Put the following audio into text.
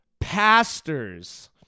pastors